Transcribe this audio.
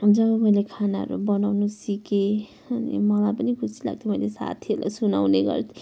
जब मैले खानाहरू बनाउनु सिकेँ अनि मलाई पनि खुसी लाग्थ्यो मैले साथीहरलाई सुनाउने गर्थेँ